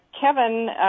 Kevin